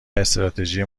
استراتژی